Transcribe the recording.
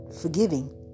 forgiving